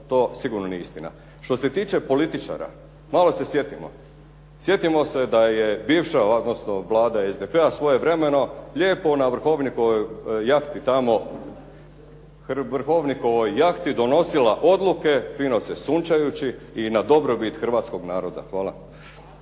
to sigurno nije istina. Što se tiče političara malo se sjetimo, sjetimo se da je bivša odnosno Vlada SDP-a svojevremeno lijepo na Vrhovnikovoj jahti donosila odluke fino se sunčajući i na dobrobit hrvatskoga naroda. Hvala.